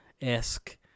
esque